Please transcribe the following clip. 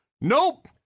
Nope